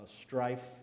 Strife